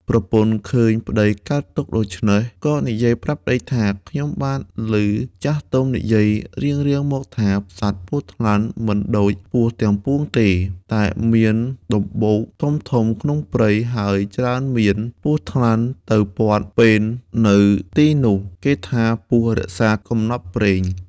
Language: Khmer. ប្រពន្ធ៎ឃើញប្ដីកើតទុក្ខដូច្នេះ ក៏និយាយប្រាប់ប្ដីថា “ ខ្ញុំបានឮចាស់ទុំនិយាយរៀងៗមកថា សត្វពស់ថ្លាន់មិនដូចពស់ទាំងពួងទេ តែមានដម្បូកធំៗក្នុងព្រៃ ហើយច្រើនមាន ពស់ថ្លាន់ទៅព័ទ្ធពេននៅទីនោះ គេថាពស់រក្សាកំណប់ព្រេង។